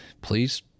please